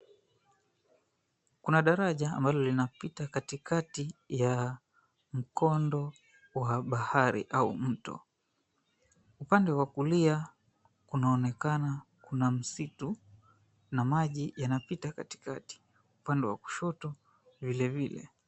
Kuna daraja amabalo linapita katikatii wa mkondo wa barahari au mto upande wa kulia kunaonekana Kuna msitu na maji yanapita katikatii upande wa kushoto vilevile